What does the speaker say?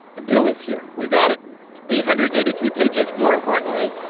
the bill is here we got it it's eight hundred and eighty three pages more importantly,